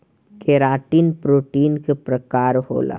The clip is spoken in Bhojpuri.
केराटिन प्रोटीन के प्रकार होला